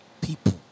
people